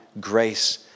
grace